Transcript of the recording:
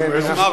אני אומר לו,